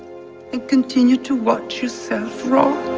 continue to watch yourself rot